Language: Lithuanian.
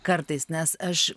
kartais nes aš